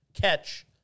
catch